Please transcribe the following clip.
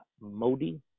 Modi